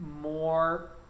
more